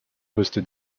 poste